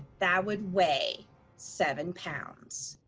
that would weigh seven pounds.